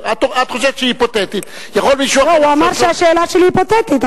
את חושבת שהיא היפותטית.